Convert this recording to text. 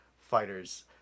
fighters